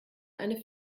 eine